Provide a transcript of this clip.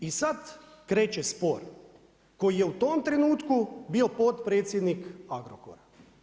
I sad kreće spor koji je u tom trenutku bio potpredsjednik Agrokora.